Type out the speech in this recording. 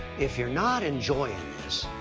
if you're not enjoying this,